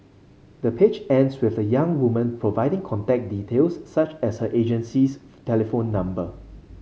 the page ends with the young woman providing contact details such as her agency's telephone number